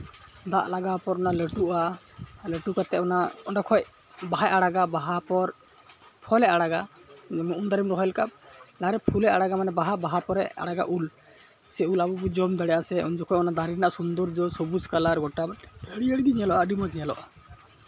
ᱫᱟᱜ ᱞᱟᱜᱟᱣ ᱯᱚᱨ ᱚᱱᱟ ᱞᱟᱹᱴᱩᱜᱼᱟ ᱟᱨ ᱞᱟᱹᱴᱩ ᱠᱟᱛᱮ ᱚᱱᱟ ᱚᱸᱰᱮ ᱠᱷᱚᱡ ᱵᱟᱦᱟᱭ ᱟᱲᱟᱜᱟ ᱵᱟᱦᱟ ᱯᱚᱨ ᱯᱷᱚᱞ ᱮ ᱟᱲᱟᱜᱟ ᱩᱞ ᱫᱟᱨᱮᱢ ᱨᱚᱦᱚᱭ ᱞᱮᱠᱷᱟᱡ ᱞᱟᱦᱟᱨᱮ ᱯᱷᱩᱞ ᱮ ᱟᱲᱟᱜᱟ ᱢᱟᱱᱮ ᱵᱟᱦᱟ ᱵᱟᱦᱟ ᱯᱚᱨᱮ ᱟᱲᱟᱜᱟ ᱩᱞ ᱥᱮ ᱩᱞ ᱟᱵᱚ ᱵᱚᱱ ᱡᱚᱢ ᱫᱟᱲᱮᱭᱟᱜᱼᱟ ᱥᱮ ᱩᱱ ᱡᱚᱠᱷᱚᱡ ᱚᱱᱟ ᱫᱟᱨᱮ ᱨᱮᱱᱟᱜ ᱥᱳᱱᱫᱚᱨᱡᱡᱚ ᱥᱚᱵᱩᱡᱽ ᱠᱟᱞᱟᱨ ᱜᱳᱴᱟ ᱦᱟᱹᱨᱭᱟᱹᱲ ᱜᱮ ᱧᱮᱞᱚᱜᱼᱟ ᱟᱹᱰᱤ ᱢᱚᱡᱽ ᱧᱮᱞᱚᱜᱼᱟ